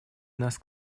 нас